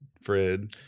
Fred